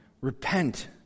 Repent